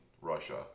Russia